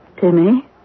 Timmy